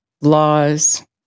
laws